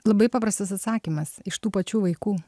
labai paprastas atsakymas iš tų pačių vaikų